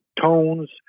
tones